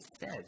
says